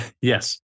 Yes